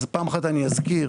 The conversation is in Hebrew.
פעם אחת אני אזכיר